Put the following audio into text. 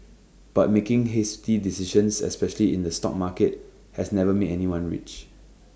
but making hasty decisions especially in the stock market has never made anyone rich